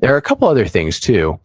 there are a couple other things too.